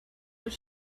was